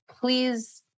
Please